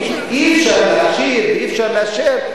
כי אומרים: אי-אפשר להכשיר ואי-אפשר לאשר,